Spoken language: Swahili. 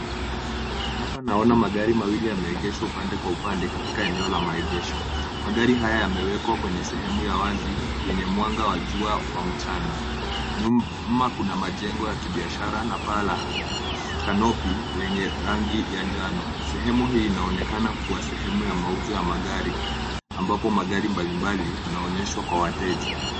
Hapa naona magari mawili yameegeshwa upande kwa upande katika eneo la maegesho. Magari haya yamewekwa kwenye sehemu ya wazi yenye mwanga wa jua wa mchana. Nyuma kuna majengo ya kibiashara na paa la kanopi lenye rangi ya njano. Sehemu hii inaonekana kuwa sehemu ya mauzo ya magari ambapo magari mbalimbali yanaonyeshwa kwa wateja.